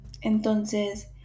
entonces